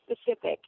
specific